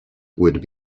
would